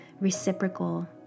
reciprocal